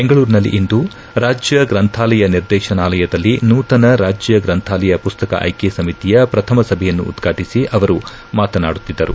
ಬೆಂಗಳೂರಿನಲ್ಲಿಂದು ರಾಜ್ಯ ಗ್ರಂಥಾಲಯ ನಿರ್ದೇಶನಾಲಯದಲ್ಲಿ ನೂತನ ರಾಜ್ಯ ಗ್ರಂಥಾಲಯ ಪುಸ್ತಕ ಆಯ್ಕೆ ಸಮಿತಿಯ ಪ್ರಥಮ ಸಭೆಯನ್ನು ಉದ್ವಾಟಿಸಿ ಅವರು ಮಾತನಾಡುತ್ತಿದ್ದರು